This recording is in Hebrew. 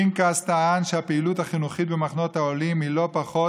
פנקס טען שהפעילות החינוכית במחנות העולים היא לא פחות,